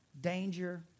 danger